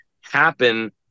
happen